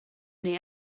neu